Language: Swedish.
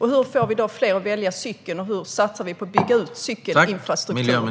Hur får vi fler att välja cykeln, och hur satsar vi på att bygga ut cykelinfrastrukturen?